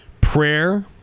Prayer